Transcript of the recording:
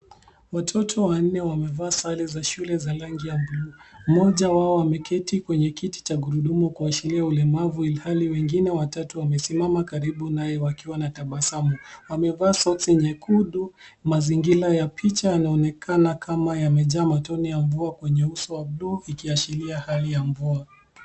Watoto wanne wamevaa sare za shule za rangi ya buluu. Mmoja wao ameketi kwenye kiti cha gurudumu kuashiria ulemavu ilhali wengine watatu wamesimama karibu naye wakiwa na tabasamu. Wamevaa soksi nyekundu . Mazingira ya picha yanaonekana kama yamejaa matone ya mvua kwenye uso wa buluu ikiashiria hali ya mvua.